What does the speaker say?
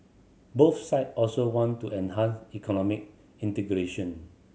both side also want to enhance economic integration